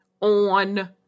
on